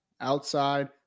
outside